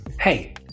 Hey